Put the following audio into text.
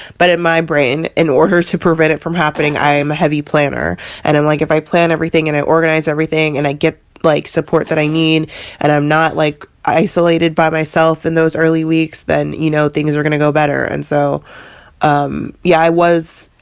but in my brain in order to prevent it from happening. i am a heavy planner and i'm like, if i plan everything and i organize everything and i get, like, support that i need and i'm not, like, isolated by myself in those early weeks, then, you know, things are gonna go better. and so um yeah i was,